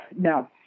No